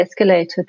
escalated